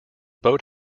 boat